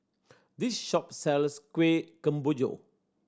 this shop sells Kuih Kemboja